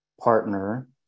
partner